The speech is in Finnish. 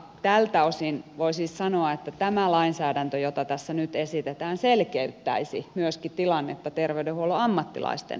tältä osin voi siis sanoa että tämä lainsäädäntö jota tässä nyt esitetään selkeyttäisi myöskin tilannetta terveydenhuollon ammattilaisten kohdalla